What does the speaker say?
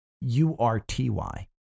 U-R-T-Y